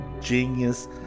genius